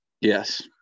Yes